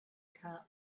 cap